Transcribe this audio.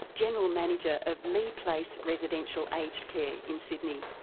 general manager of leigh place residential aged care in sydney.